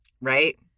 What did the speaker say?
right